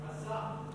השר.